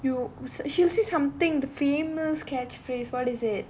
you s~ she'll say something the famous catch phrase what is it